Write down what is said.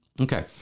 Okay